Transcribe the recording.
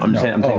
um sam so